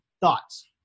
Thoughts